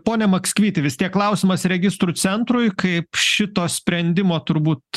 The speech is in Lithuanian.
ponia makskvyti vis tiek klausimas registrų centrui kaip šito sprendimo turbūt